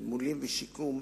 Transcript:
(תגמולים ושיקום),